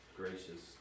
gracious